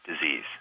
disease